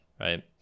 right